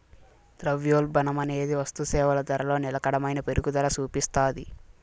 ద్రవ్యోల్బణమనేది వస్తుసేవల ధరలో నిలకడైన పెరుగుదల సూపిస్తాది